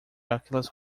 aquelas